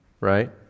Right